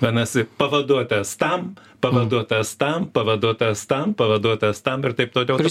vadinasi pavaduotojas tam pavaduotojas tam pavaduotojas tam pavaduotojas tam ir taip toliau